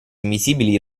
invisibili